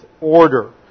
order